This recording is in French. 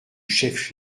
chef